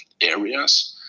areas